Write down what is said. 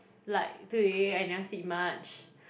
like today I never sleep much